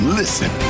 listen